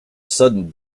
sudden